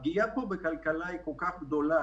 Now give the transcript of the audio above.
הפגיעה פה בכלכלה היא כל כך גדולה,